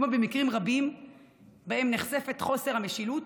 כמו במקרים רבים שבהם נחשף חוסר המשילות,